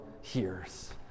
hears